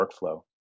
workflow